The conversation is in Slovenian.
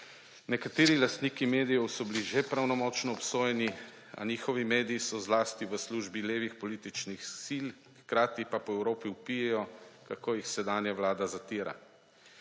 Nekateri lastniki medijev so bili že pravnomočno obsojeni, a njihovi mediji so zlasti v službi levih političnih sil, hkrati pa po Evropi vpijejo, kako jih sedanja vlada zatira.